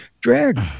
drag